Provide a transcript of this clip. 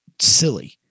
silly